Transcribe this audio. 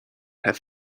have